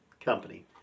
company